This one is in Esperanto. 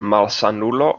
malsanulo